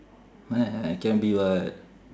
what I can be [what]